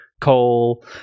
coal